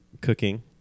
cooking